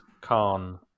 Khan